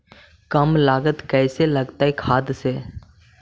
कम लागत कैसे लगतय खाद से?